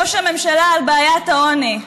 ראש הממשלה, על בעיית העוני,